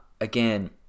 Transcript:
Again